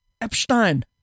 Epstein